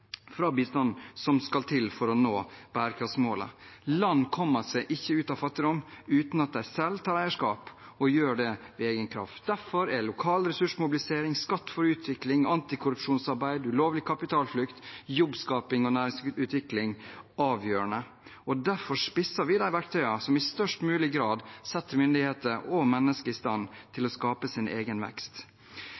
fra bistanden som skal til for å nå bærekraftsmålene. Land kommer seg ikke ut av fattigdom uten at de selv tar eierskap og gjør det ved egen kraft. Derfor er lokal ressursmobilisering, skatt for utvikling, antikorrupsjonsarbeid – ulovlig kapitalflukt – jobbskaping og næringsutvikling avgjørende. Derfor spisser vi de verktøyene som i størst mulig grad setter myndigheter og mennesker i stand til